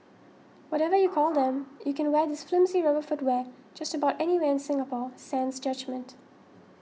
whatever you call them you can wear this flimsy rubber footwear just about anywhere in Singapore sans judgement